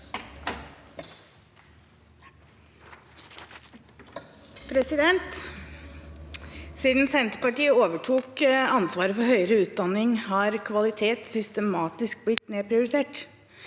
Siden Senterpar- tiet overtok ansvaret for høyere utdanning, har kvalitet systematisk blitt nedprioritert.